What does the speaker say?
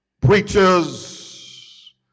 preachers